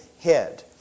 head